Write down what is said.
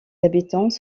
habitants